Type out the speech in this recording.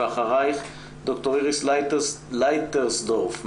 ואחריה ד"ר איריס לייטרסדורף,